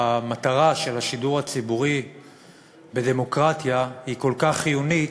המטרה של השידור הציבורי בדמוקרטיה היא כל כך חיונית,